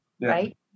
right